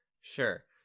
sure